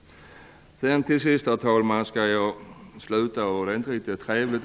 Till sist, herr talman, skall jag sluta med någonting som inte är riktigt trevligt.